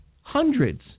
hundreds